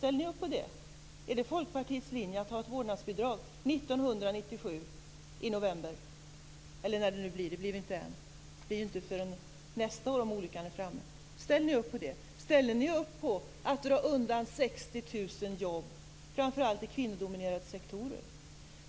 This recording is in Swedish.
Är det Folkpartiets linje att ha ett vårdnadsbidrag i november 1997 eller när det nu blir - det blir väl inte förrän i nästa år - om olyckan är framme? Ställer ni i Folkpartiet upp på detta? Ställer ni upp på dra undan 60 000 jobb framför allt i kvinnodominerade sektorer?